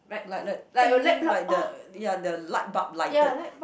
like like ting like the ya the lightbulb lighted